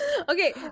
Okay